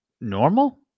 normal